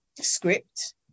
script